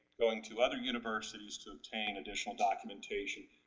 going to other universities to obtain additional documentation,